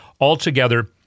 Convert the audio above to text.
Altogether